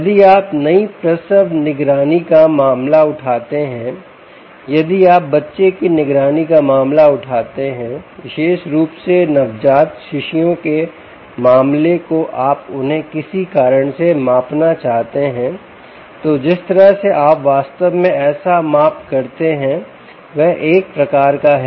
यदि आप नई प्रसव निगरानी का मामला उठाते हैं यदि आप बच्चे की निगरानी का मामला उठाते हैं विशेष रूप से नवजात शिशुओं के मामले को आप उन्हें किसी कारण से मापना चाहते हैं तो जिस तरह से आप वास्तव में ऐसा माप करते हैं वह एक प्रकार का है